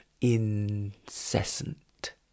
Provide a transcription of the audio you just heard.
Incessant